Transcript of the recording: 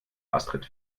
astrid